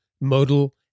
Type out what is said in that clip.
Modal